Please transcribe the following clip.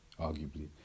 arguably